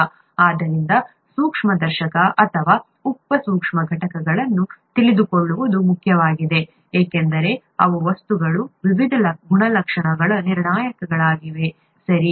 ಆದ್ದರಿಂದ ಸೂಕ್ಷ್ಮದರ್ಶಕ ಅಥವಾ ಉಪಸೂಕ್ಷ್ಮ ಘಟಕಗಳನ್ನು ತಿಳಿದುಕೊಳ್ಳುವುದು ಮುಖ್ಯವಾಗಿದೆ ಏಕೆಂದರೆ ಅವು ವಸ್ತುಗಳ ವಿವಿಧ ಗುಣಲಕ್ಷಣಗಳ ನಿರ್ಣಾಯಕಗಳಾಗಿವೆ ಸರಿ